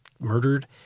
murdered